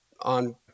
on